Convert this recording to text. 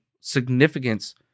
significance